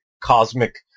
cosmic